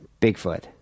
Bigfoot